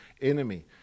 enemy